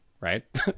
Right